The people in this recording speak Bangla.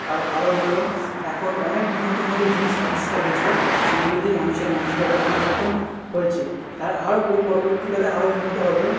তার কারণ হলো এখন অনেক উন্নত উন্নত জিনিস আবিষ্কার হয়েছে সেগুলো দিয়ে মানুষের মানসিকতা পরিবর্তন হয়েছে আর আরও পরবর্তীকালে আরও উন্নত হবে